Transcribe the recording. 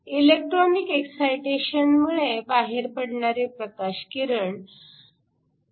'electronic एक्सायटेशनमुळे बाहेर पडणारे प्रकाश किरण'